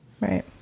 Right